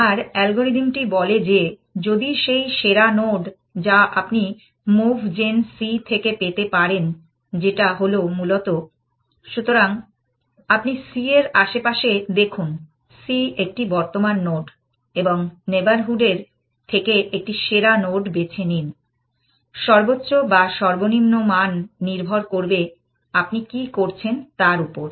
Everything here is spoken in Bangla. আর অ্যালগরিদমটি বলে যে যদি সেই সেরা নোড যা আপনি মুভ জেন c থেকে পেতে পারেন যেটা হলো মূলত সুতরাং আপনি c এর আশেপাশে দেখুন c একটি বর্তমান নোড এবং নেইবারহুড এর থেকে একটি সেরা নোড বেছে নিন সর্বোচ্চ বা সর্বনিম্ন মান নির্ভর করবে আপনি কি করছেন তার উপর